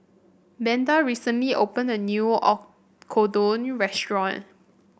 Beda recently opened a new Oyakodon restaurant